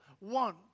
want